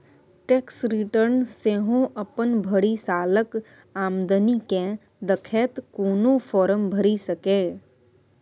tax return सेहो अपन भरि सालक आमदनी केँ देखैत कोनो फर्म भरि सकैए